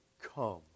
come